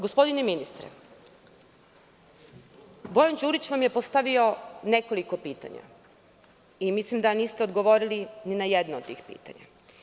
Gospodine ministre, Bojan Đurić vam je postavio nekoliko pitanja i mislim da niste odgovorili ni na jedno pitanje.